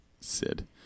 Sid